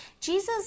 Jesus